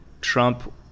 Trump